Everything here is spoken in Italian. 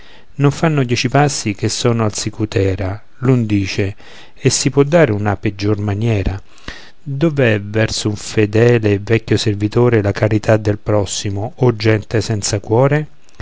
non fanno dieci passi che sono al sicutera l'un dice e si può dare una peggior maniera dov'è verso un fedele e vecchio servitore la carità del prossimo o gente senza cuore